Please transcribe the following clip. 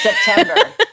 September